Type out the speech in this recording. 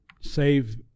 save